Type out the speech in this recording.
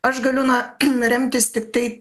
aš galiu na remtis tiktai